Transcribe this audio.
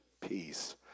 peace